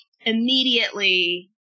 immediately